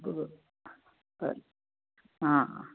हा